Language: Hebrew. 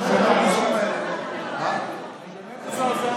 אני באמת מזועזע, אני באמת מזועזע.